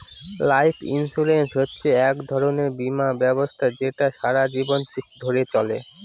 life insurance হচ্ছে এক ধরনের বীমা ব্যবস্থা যেটা সারা জীবন ধরে চলে